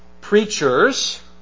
preachers